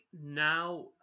now